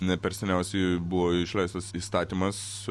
ne per seniausiai buvo išleistas įstatymas